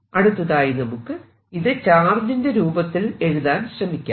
അടുത്തതായി നമുക്ക് ഇത് ചാർജിന്റെ രൂപത്തിൽ എഴുതാൻ ശ്രമിക്കാം